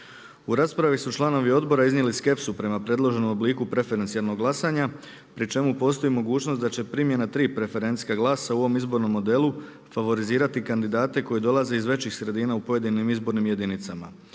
U raspravi su članovi odbora iznijeli skepsu prema predloženom obliku preferencijalnog glasanja pri čemu postoji mogućnost da će primjena 3 preferencijska glasa u ovom izbornom modelu favorizirati kandidate koji dolaze iz većih sredina u pojedinim izbornim jedinicama.